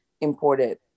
imported